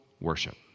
worship